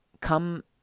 come